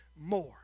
more